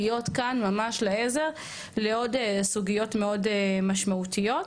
להיות כאן ממש לעזר לעוד סוגיות מאוד משמעותיות.